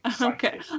Okay